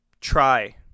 Try